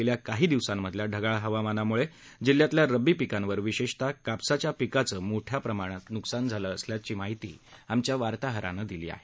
गेल्या काही दिवसांतल्या ढगाळ हवामानामुळे जिल्ह्यातल्या रब्बी पिकांवर विशेषतः कापसाचं पिकाचं मोठ्या प्रमाणात न्कसान झालं असल्याची माहिती आमच्या वार्ताहरानं कळवली आहे